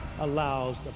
allows